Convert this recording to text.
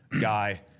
guy